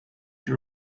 you